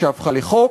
שהפכה לחוק.